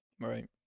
right